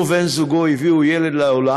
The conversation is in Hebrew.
הוא ובן זוגו הביאו ילד לעולם.